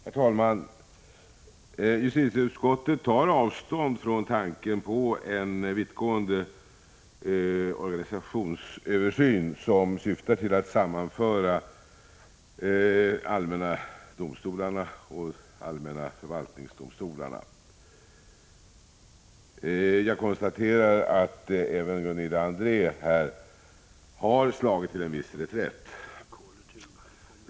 Herr talman! Justitieutskottet tar avstånd från tanken på en vittgående organisationsöversyn som syftar till att sammanföra de allmänna domstolarna och de allmänna förvaltningsdomstolarna. Jag konstaterar att Gunilla André här har slagit till en viss reträtt.